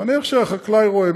נניח שהחקלאי רואה,